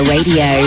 Radio